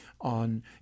on